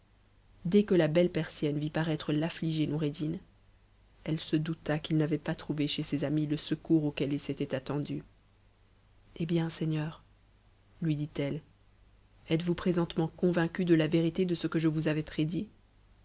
des que la belle persienne vit paraître l'aûligê noureddin elle se douta n'avait pas trouvé chez ses amis le secours auquel il s'était attendu hé bien seigneur lui dit-elle êtes-vous présentement convaincu de la vérité de ce que je vous avais prédit